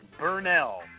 Burnell